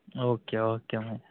okay okay మా